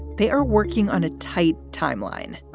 they are working on a tight timeline.